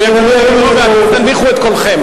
אם תנמיכו את קולכם.